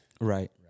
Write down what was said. Right